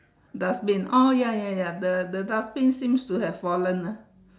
dustbin oh ya ya ya the the dustbin seems to have fallen ah